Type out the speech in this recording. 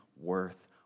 worth